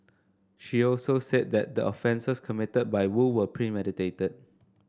she also said that the offences committed by Woo were premeditated